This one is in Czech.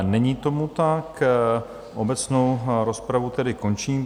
Není tomu tak, obecnou rozpravu tedy končím.